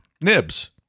nibs